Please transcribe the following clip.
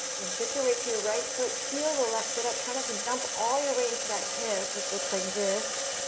then shift your weight to your right foot. peel your left foot up, try not to dump all your weight into that hip which looks like this,